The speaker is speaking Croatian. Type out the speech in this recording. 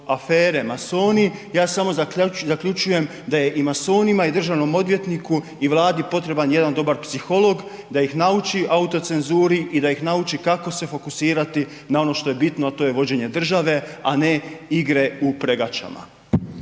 afere „Masoni“, ja samo zaključujem da je i masonima i državnom odvjetniku i Vladi potreban jedan dobar psiholog da ih nauči autocenzuri i da ih nauči kako se fokusirati na ono što je bitno, a to je vođenje države, a ne igre u pregačama.